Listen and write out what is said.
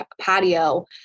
patio